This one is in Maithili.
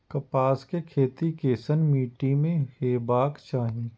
कपास के खेती केसन मीट्टी में हेबाक चाही?